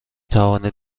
توانید